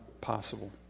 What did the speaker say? possible